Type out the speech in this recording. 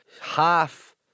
half